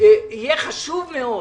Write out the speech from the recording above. יהיה חשוב מאוד,